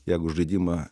jeigu žaidimą